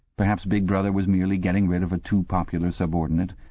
perhaps big brother was merely getting rid of a too-popular subordinate.